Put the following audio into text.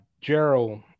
Gerald